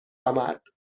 آمد